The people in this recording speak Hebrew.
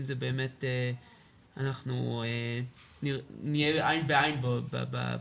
אם באמת אנחנו נהיה עין בעין בנושא.